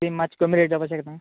ती मातशीं कमी रेट जावपा शकना